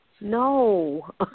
No